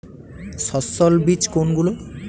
সস্যল বীজ কোনগুলো?